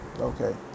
Okay